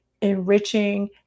enriching